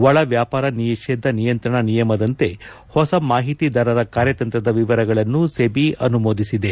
ಒಳ ವ್ಯಾಪಾರ ನಿಷೇಧ ನಿಯಂತ್ರಣ ನಿಯಮದಂತೆ ಹೊಸ ಮಾಹಿತಿದಾರರ ಕಾರ್ಯತಂತ್ರದ ವಿವರಗಳನ್ನು ಸೆಬಿ ಅನುಮೋದಿಸಿದೆ